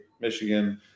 michigan